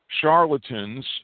charlatans